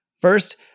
First